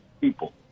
people